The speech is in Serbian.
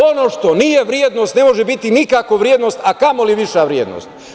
Ono što nije vrednost ne može biti nikako vrednost, a kamoli viša vrednost.